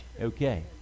Okay